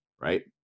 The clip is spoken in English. right